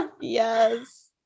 Yes